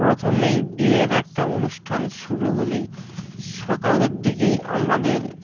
প্রথমেই বিয়ের একটা অনুষ্ঠান শুরু হলেই সকালের দিকেই আমাদের